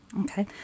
Okay